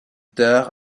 tard